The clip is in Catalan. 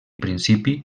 principi